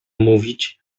mówić